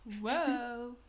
whoa